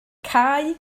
cau